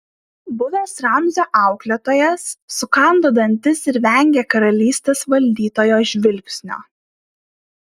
buvęs ramzio auklėtojas sukando dantis ir vengė karalystės valdytojo žvilgsnio